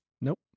Nope